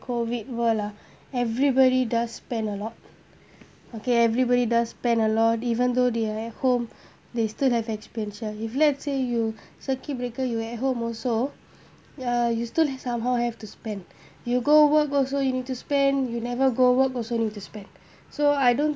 COVID world ah everybody does spend a lot okay everybody does spend a lot even though they are at home they still have expenditure if let's say you circuit breaker you at home also ya you still somehow have to spend you go work also you need to spend you never go work also need to spend so I don't